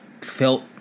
felt